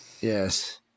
Yes